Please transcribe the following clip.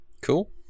Cool